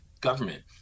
government